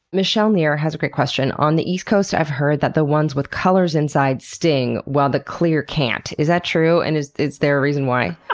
michelle neer has a great question on the east coast i've heard that the ones with colors inside sting while the clear can't. is that true? and is is there a reason why?